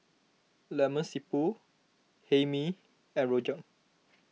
Lemak Siput Hae Mee and Rojak